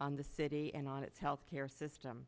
on the city and on its health care system